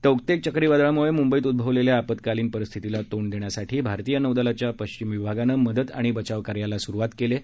Tauktae चक्रीवादळामुळे मुंबईत उद्भवलेल्या आपत्कालीन परिस्थितीला तोंड देण्यासाठी भारतीय नौदलाच्या पश्चिम विभागानं मदत आणि बचावकार्याला सुरुवात केली आहे